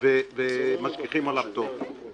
ומשגיחים עליו טוב.